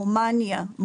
רומניה,